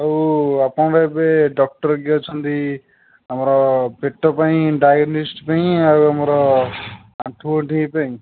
ଆଉ ଆପଣ ଏବେ ଡକ୍ଟର କିଏ ଅଛନ୍ତି ଆମର ପେଟ ପାଇଁ ଡାଏଲିସିସ୍ ପାଇଁ ଆଉ ଆମର ଆଣ୍ଠୁ ଗଣ୍ଠି ପାଇଁ